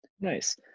nice